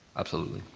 absolutely.